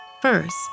First